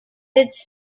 its